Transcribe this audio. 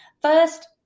first